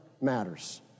matters